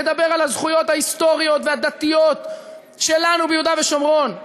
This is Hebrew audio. נדבר על הזכויות ההיסטוריות והדתיות שלנו ביהודה ושומרון,